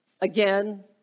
again